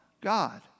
God